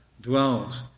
dwells